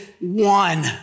one